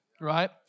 right